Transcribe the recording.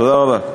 תודה רבה.